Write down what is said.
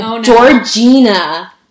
Georgina